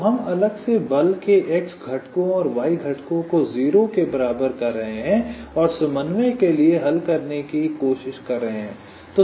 तो हम अलग से बल के x घटकों और y घटकों को 0 के बराबर कर रहे हैं और समन्वय के लिए हल करने की कोशिश कर रहे हैं